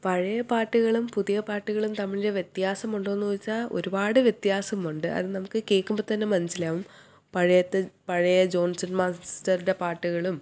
പഴയ പാട്ടുകളും പുതിയ പാട്ടുകളും തമ്മിൽ വ്യത്യാസമുണ്ടോ എന്ന് ചോദിച്ചാൽ ഒരുപാട് വ്യത്യാസമുണ്ട് അത് നമുക്ക് കേൾക്കുമ്പോൾ തന്നെ മനസ്സിലാകും പഴയത്തെ പഴയ ജോൺസൺ മാസ്റ്ററുടെ പാട്ടുകളും